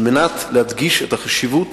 על מנת להדגיש את החשיבות